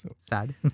sad